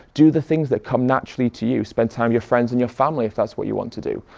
do the things that come naturally to you, spend time your friends and your family if that's what you want to do.